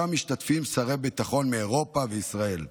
בהשתתפות שרי ביטחון מאירופה ומישראל.